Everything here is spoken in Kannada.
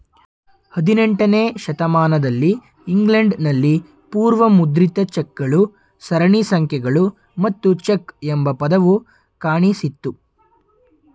ಹದಿನೆಂಟನೇ ಶತಮಾನದಲ್ಲಿ ಇಂಗ್ಲೆಂಡ್ ನಲ್ಲಿ ಪೂರ್ವ ಮುದ್ರಿತ ಚೆಕ್ ಗಳು ಸರಣಿ ಸಂಖ್ಯೆಗಳು ಮತ್ತು ಚೆಕ್ ಎಂಬ ಪದವು ಕಾಣಿಸಿತ್ತು